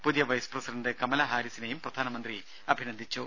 പുതിയ vice president കമലാഹാരിസിനെയും പ്രധാനമന്ത്രി അഭിനന്ദിച്ചു